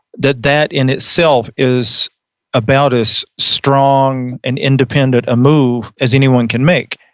that that in itself is about as strong and independent, a move as anyone can make.